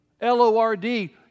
L-O-R-D